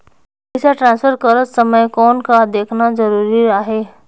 पइसा ट्रांसफर करत समय कौन का देखना ज़रूरी आहे?